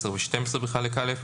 (10) ו-(12) בחלק א'.